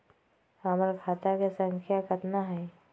हमर खाता के सांख्या कतना हई?